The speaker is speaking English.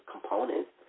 components